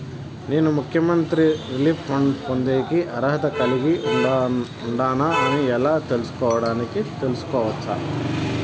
నేను ముఖ్యమంత్రి relief fund పొందేకి అర్హత కలిగి ఉండానా అని ఎలా తెలుసుకోవడానికి తెలుసుకోవచ్చు